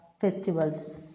festivals